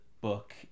book